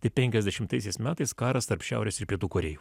tai penkiasdešimtaisiais metais karas tarp šiaurės ir pietų korėjų